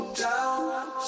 down